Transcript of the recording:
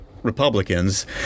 Republicans